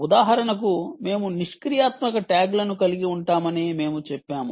ఉదాహరణకు మేము నిష్క్రియాత్మక ట్యాగ్లను కలిగి ఉంటామని మేము చెప్పాము